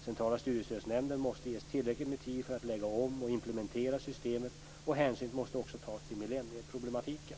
Centrala studiestödsnämnden måste ges tillräckligt med tid för att lägga om och implementera systemet, och hänsyn måste också tas till millennieproblematiken.